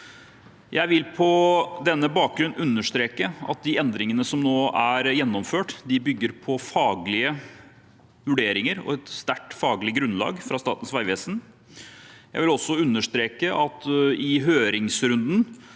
Jeg vil på denne bakgrunnen understreke at de endringene som nå er gjennomført, bygger på faglige vurderinger og et sterkt faglig grunnlag fra Statens vegvesen. Jeg vil også understreke at i høringsrunden